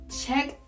check